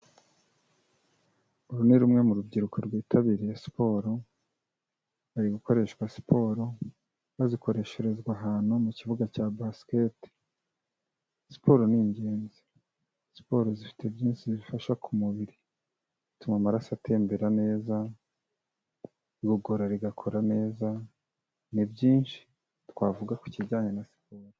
Uru ni rumwe mu rubyiruko rwitabiriye siporo. Bari gukoreshwa siporo, bazikoreshezwa ahantu mu kibuga cya basketi. Siporo ni ingenzi, siporo zifite byinshi bifasha ku mubiri. Bituma amaraso atembera neza, igogora rigakora neza. Ni byinshi twavuga ku kijyanye na siporo.